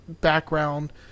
background